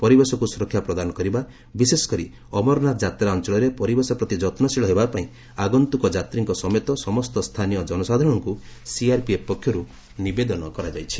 ପରିବେଶକୁ ସୁରକ୍ଷା ପ୍ରଦାନ କରିବା ବିଶେଷ କରି ଅମରନାଥ ଯାତ୍ରା ଅଞ୍ଚଳର ପରିବେଶ ପ୍ରତି ଯନ୍ଶୀଳ ହେବା ପାଇଁ ଆଗନ୍ତୁକ ଯାତ୍ରୀଙ୍କ ସମେତ ସମସ୍ତ ସ୍ଥାନୀୟ ଜନସାଧାରଣଙ୍କୁ ସିଆର୍ପିଏଫ୍ ପକ୍ଷରୁ ନିବେଦନ କରାଯାଇଛି